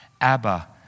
Abba